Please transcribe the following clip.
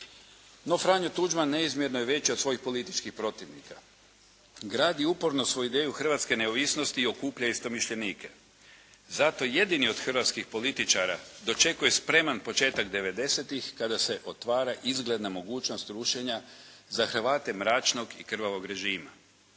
No, Franjo Tuđman neizmjernho je veći od svojih političkih protivnika. Gradi uporno svoju ideju hrvatske neovisnosti i okuplja istomišljenike. Zato jedini od hrvatskih političara dočekuje spreman početak 90-tih kada se otvara izgledna mogućnost rušenja za Hrvate mračnog i krvavog režima.